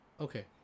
Okay